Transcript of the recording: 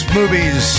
movies